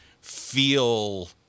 feel